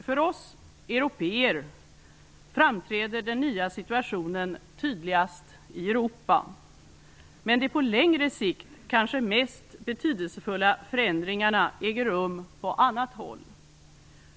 För oss européer framträder den nya situationen tydligast i Europa. Men de på längre sikt kanske mest betydelsefulla förändringarna äger rum på annat håll.